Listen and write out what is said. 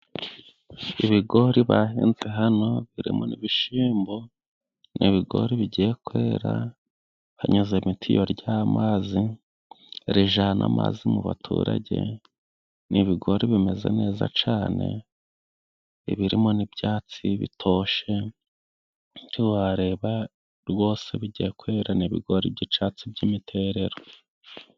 Ibigori bahinze hano birimo n'ibishyimbo ni ibigori bigiye kwera, hanyuzamo itiyo ry' amazi rijana amazi mu baturage. Ni ibigori bimeze neza cane, birimo n'ibyatsi bitoshe ntiwareba, rwose bigiye kwera ni ibigori byi'icatsi by'imiterero.